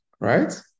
Right